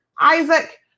isaac